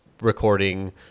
recording